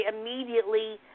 immediately